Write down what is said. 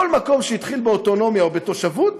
כל מקום שהתחיל באוטונומיה או בתושבות